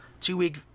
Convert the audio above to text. two-week